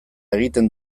egiten